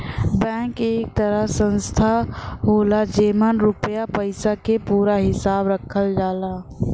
bank एक तरह संस्था होला जेमन रुपया पइसा क पूरा हिसाब रखल जाला